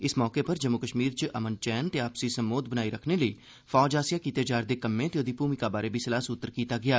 इस मौके उप्पर जम्मू कश्मीर च अमन चैन ते आपसी संबोध बनाई रकखने लेई फौज आस्सेआ कीते जा'रदे कम्में ते ओदी भूमिका बारै बी सलाह सूत्तर कीता गेआ